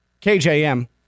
KJM